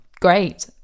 great